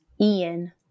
Ian